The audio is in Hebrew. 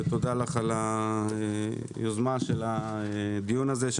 ותודה לך על היוזמה של הדיון הזה,